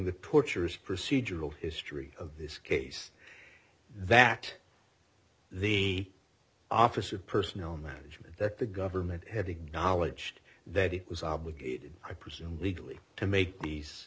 the tortures procedural history of this case that the office of personnel management that the government had a good knowledge that it was obligated i presume legally to make these